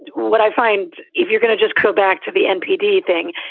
what i find if you're going to just go back to the mpd thing,